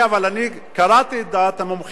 אבל אני קראתי את דעת המומחים,